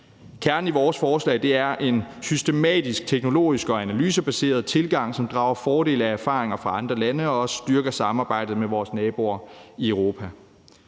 Kernen i vores forslag er en systematisk, teknologisk og analysebaseret tilgang, som drager fordel af erfaringer fra andre lande og også styrker samarbejdet med vores naboer i Europa.